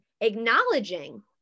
acknowledging